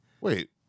Wait